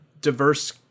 diverse